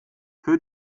für